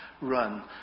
run